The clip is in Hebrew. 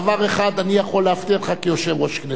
דבר אחד אני יכול להבטיח לך כיושב-ראש הכנסת: